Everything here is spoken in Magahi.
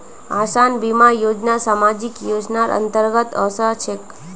आसान बीमा योजना सामाजिक योजनार अंतर्गत ओसे छेक